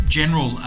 general